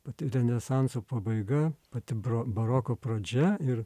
pati renesanso pabaiga pati bro baroko pradžia ir